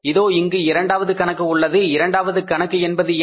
இதோ இங்கு இரண்டாவது கணக்கு உள்ளது இரண்டாவது கணக்கு என்பது என்ன